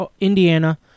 Indiana